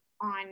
on